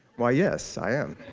why yes, i am.